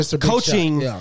coaching